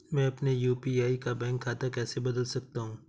मैं अपने यू.पी.आई का बैंक खाता कैसे बदल सकता हूँ?